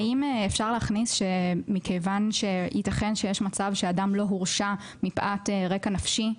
האם אפשר להכניס שמכיוון שיתכן שיש מצב שאדם לא הורשע מפאת רקע נפשי,